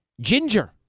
Ginger